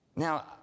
Now